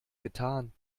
getan